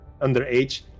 underage